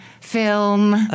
film